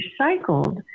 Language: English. recycled